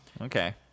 okay